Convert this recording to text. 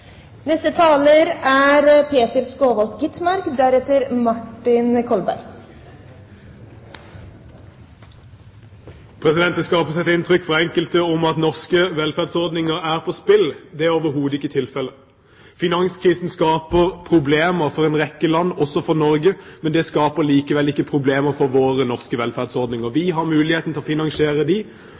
Det skapes et inntrykk fra enkelte av at norske velferdsordninger står på spill. Det er overhodet ikke tilfellet. Finanskrisen skaper problemer for en rekke land, også for Norge, men det skaper likevel ikke problemer for våre norske velferdsordninger. Vi har muligheten til å finansiere